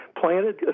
planted